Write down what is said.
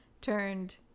turned